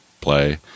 Play